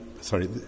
Sorry